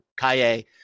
Kaye